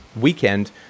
weekend